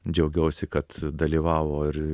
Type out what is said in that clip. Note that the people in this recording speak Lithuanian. džiaugiausi kad dalyvavo ir